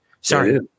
Sorry